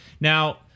Now